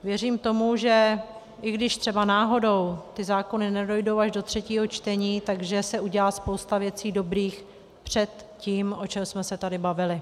Věřím tomu, že i když třeba náhodou ty zákony nedojdou až do třetího čtení, že se udělá spousta věcí dobrých před tím, o čem jsme se tady bavili.